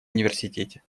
университете